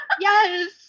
yes